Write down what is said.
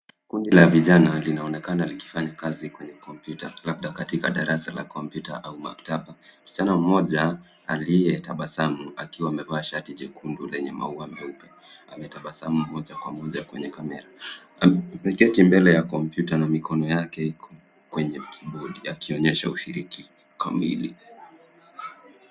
Kundi la vijana linaonekana likifanya kazi kwenye kompyuta, labda katika darasa la kompyuta au maktaba. Msichana mmoja aliye tabasamu akiwa amevaa shati jekundu lenye maua meupe, ametabasamu moja kwa moja kwenye kamera. Ameketi mbele ya kompyuta na mikono yake iko kwenye kibodi akionyesha ushiriki kamili.